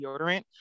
deodorant